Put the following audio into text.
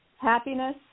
happiness